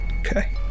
okay